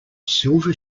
silver